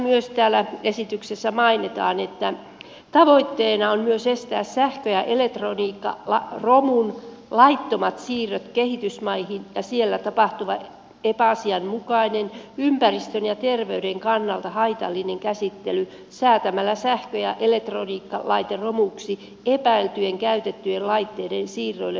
ja täällä esityksessä mainitaan myös että tavoitteena on myös estää sähkö ja elektroniikkaromun laittomat siirrot kehitysmaihin ja siellä tapahtuva epäasianmukainen ympäristön ja terveyden kannalta haitallinen käsittely säätämällä sähkö ja elektroniikkalaiteromuksi epäiltyjen käytettyjen laitteiden siirroille vähimmäisvaatimukset